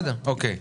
בסדר, אוקיי.